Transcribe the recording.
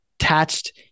attached